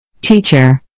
Teacher